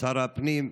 שר הפנים,